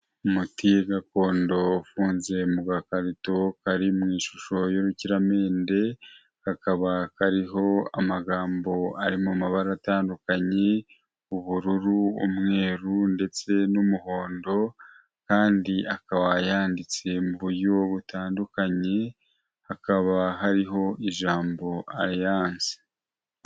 Umuti gakondo ufunze mu gakarito kari mu ishusho y'urukiramende, kakaba kariho amagambo ari mu mabara atandukanye, ubururu, umweru ndetse n'umuhondo, kandi akaba yanditse mu buryo butandukanye, hakaba hariho ijambo alliance.